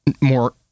more